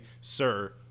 sir